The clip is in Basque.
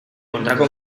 kontrako